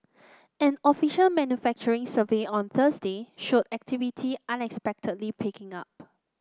an official manufacturing survey on Thursday showed activity unexpectedly picking up